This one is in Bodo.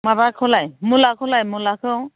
माबाखौलाय मुलाखौलाय मुलाखौ